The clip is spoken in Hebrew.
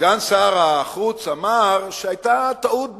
סגן שר החוץ אמר שהיתה טעות בבימוי,